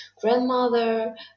grandmother